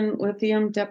Lithium